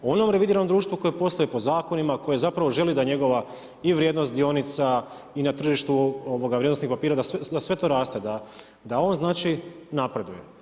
Onom revidiranom društvu koje posluje po zakonima, koje zapravo želi da njegova i vrijednost dionica i na tržištu vrijednosnih papira da sve to raste, da on napreduje.